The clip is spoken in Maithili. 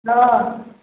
हँ